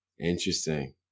Interesting